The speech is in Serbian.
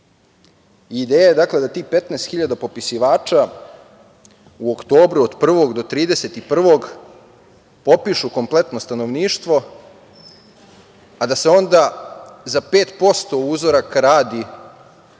Ideja je da tih 15 hiljada popisivača u oktobru od 1. do 31. popišu kompletno stanovništvo, a da e onda za 5% uzoraka radi